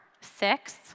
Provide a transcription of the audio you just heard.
six